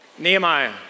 Nehemiah